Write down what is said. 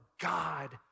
God